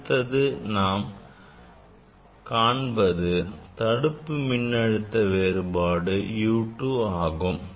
அடுத்து நாம் காண்பது தடுப்பு மின்னழுத்த வேறுபாடு U2 ஆகும்